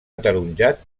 ataronjat